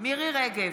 מירי מרים רגב,